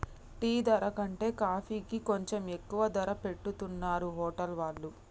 tea ధర కంటే కాఫీకి కొంచెం ఎక్కువ ధర పెట్టుతున్నరు హోటల్ వాళ్ళు